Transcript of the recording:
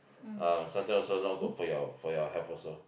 uh sometime also not good for your for your health also